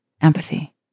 empathy